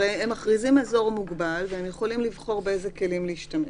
הם מכריזים על אזור מוגבל והם יכולים לבחור באיזה כלים להשתמש.